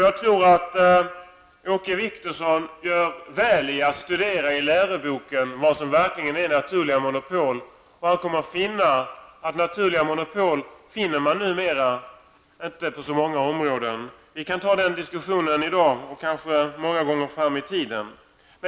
Jag tror att Åke Wictorsson gör väl i att studera i läroboken vad som verkligen är naturliga monopol. Han kommer att upptäcka att man numera inte finner naturliga monopol på så många områden. Vi kan föra den diskussionen i dag och kanske många gånger i framtiden.